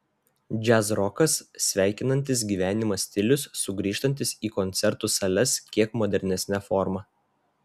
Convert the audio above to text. džiazrokas sveikinantis gyvenimą stilius sugrįžtantis į koncertų sales kiek modernesne forma